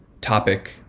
topic